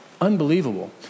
Unbelievable